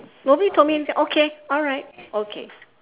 nobody told me anything okay alright okay